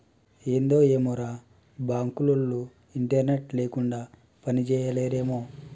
ఏందో ఏమోరా, బాంకులోల్లు ఇంటర్నెట్ లేకుండ పనిజేయలేరేమో